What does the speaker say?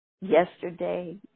yesterday